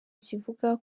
kivuga